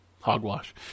hogwash